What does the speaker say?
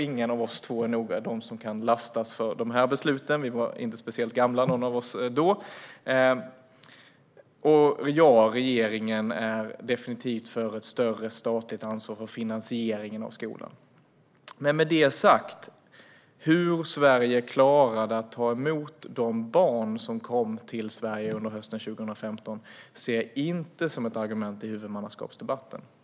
Ingen av oss två kan lastas för de besluten; vi var inte särskilt gamla då. Och ja, regeringen är definitivt för ett större statligt ansvar för finansieringen av skolan. Men med det sagt: Hur Sverige klarade att ta emot de barn som kom till Sverige under hösten 2015 ser jag inte som ett argument i huvudmannaskapsdebatten.